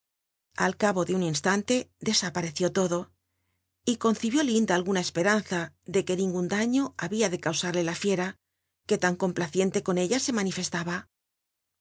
al cabo de un instan le desapareció lodo l concibió linda alguna esperanza de que ningun daño había de causarle la fiera f ue tan complacienle con ella se manifestaba